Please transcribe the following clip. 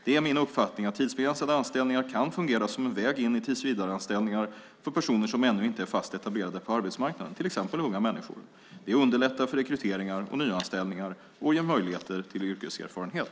Det är min uppfattning att tidsbegränsade anställningar kan fungera som en väg in i tillsvidareanställningar för personer som ännu inte är fast etablerade på arbetsmarknaden, till exempel unga människor. Det underlättar för rekryteringar och nyanställningar och ger möjligheter till yrkeserfarenhet.